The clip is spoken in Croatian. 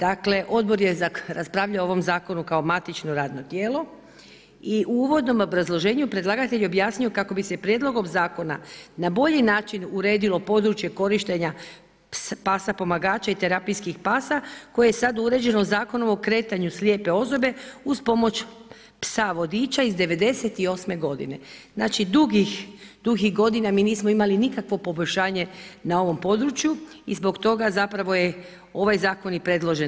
Dakle, Odbor je raspravljao o ovom zakonu kao matično radno tijelo i uvodnom obrazloženju predlagatelj objasnio kako bi se prijedlogom zakona, na bolji način uredilo područje korištenja psa pomagača i terapijskih pasa, koji je sada uređeno Zakonom o kretanju slijepe osobe, uz pomoć psa vodiča iz '98. g. Znači dugih godina, mi nismo imali nikakvo poboljšanje na ovom području i zbog toga zapravo je ovaj zakon i predložen.